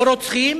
לא רוצחים